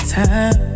time